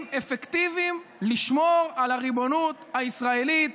אפקטיביים לשמור על הריבונות הישראלית